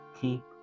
keep